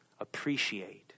appreciate